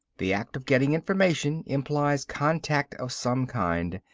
the act of getting information implies contact of some kind,